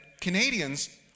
Canadians